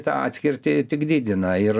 tą atskirtį tik didina ir